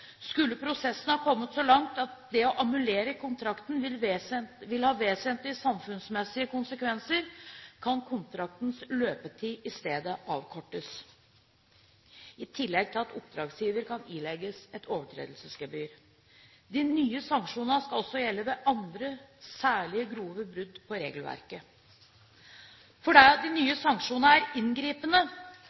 Skulle prosessen ha kommet så langt at det å annullere kontrakten vil ha vesentlige samfunnsmessige konsekvenser, kan kontraktens løpetid i stedet avkortes, i tillegg til at oppdragsgiver kan ilegges et overtredelsesgebyr. De nye sanksjonene skal også gjelde ved andre særlig grove brudd på regelverket. Fordi de nye sanksjonene er inngripende,